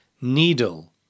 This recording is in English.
needle